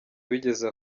bigeze